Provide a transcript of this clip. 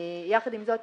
עם זאת,